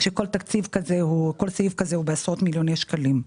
כשכל סעיף כזה הוא בעשרות מיליוני שקלים.